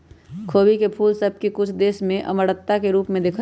खोबी के फूल सभ के कुछ देश में अमरता के रूप में देखल जाइ छइ